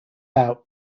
out